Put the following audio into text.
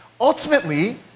ultimately